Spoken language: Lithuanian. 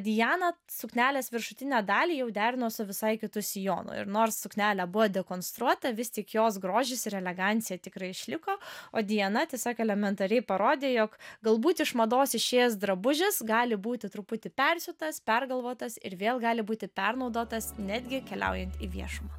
diana suknelės viršutinę dalį jau derino su visai kitu sijonu ir nors suknelė buvo dekonstruota vis tik jos grožis ir elegancija tikrai išliko o diana tiesiog elementariai parodė jog galbūt iš mados išėjęs drabužis gali būti truputį persiūtas pergalvotas ir vėl gali būti pernaudotas netgi keliaujant į viešumą